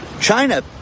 China